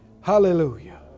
Hallelujah